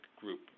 group